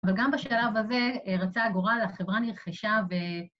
‫אבל גם בשלב הזה רצה הגורל, ‫החברה נרכשה ו...